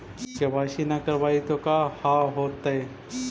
KYC न करवाई तो का हाओतै?